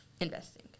investing